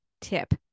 tip